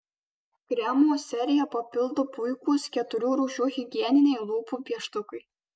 kremų seriją papildo puikūs keturių rūšių higieniniai lūpų pieštukai